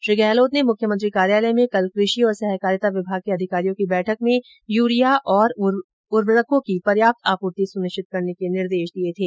श्री गहलोत ने मुख्यमंत्री कार्यालय में कल कृषि तथा सहकारिता विभाग के अधिकारियों की बैठक में यूरिया और उर्वरकों की पर्याप्त आपूर्ति सुनिश्चित करने के निर्देश दिए थे